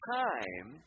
time